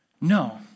No